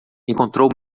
encontrou